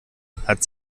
hat